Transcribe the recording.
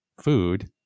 food